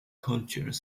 culture